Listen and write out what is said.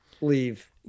leave